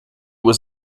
was